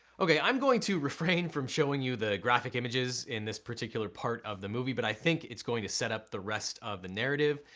okay, i'm going to refrain from showing you the graphic images in this particular part of the movie but i think its going to set up the rest of the narrative.